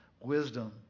Wisdom